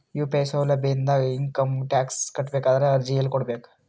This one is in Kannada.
ಯು.ಪಿ.ಐ ಸೌಲಭ್ಯ ಇಂದ ಇಂಕಮ್ ಟಾಕ್ಸ್ ಕಟ್ಟಬೇಕಾದರ ಎಲ್ಲಿ ಅರ್ಜಿ ಕೊಡಬೇಕು?